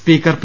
speaker P